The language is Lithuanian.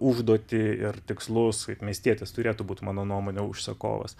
užduotį ir tikslus kaip miestietis turėtų būt mano nuomone užsakovas